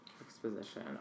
Exposition